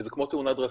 וזה כמו תאונת דרכים.